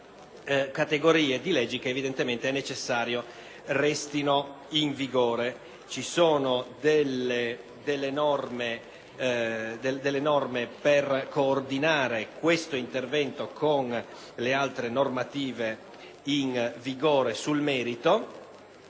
categorie di leggi che è necessario restino in vigore. Contiene poi norme per coordinare questo intervento con le altre normative in vigore sul merito.